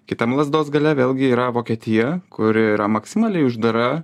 kitam lazdos gale vėlgi yra vokietija kuri yra maksimaliai uždara